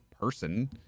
person